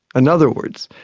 and other words,